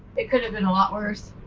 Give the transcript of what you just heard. it could have been a lot worse.